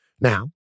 Now